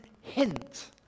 hint